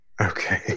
Okay